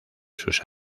sus